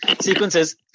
sequences